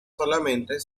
solamente